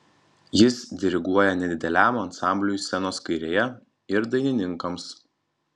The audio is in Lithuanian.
jis diriguoja nedideliam ansambliui scenos kairėje ir dainininkams